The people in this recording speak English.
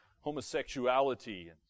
homosexuality